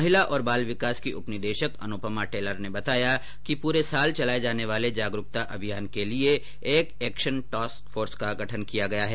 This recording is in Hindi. महिला और बाल विकास की उपनिदेशक अनुपमा टेलर ने बताया कि पूरे साल चलाए जाने वाले जागरूकता अभियान के लिए एक एक्शन टास्क फोर्स का भी गठन किया गया है